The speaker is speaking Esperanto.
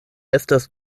estas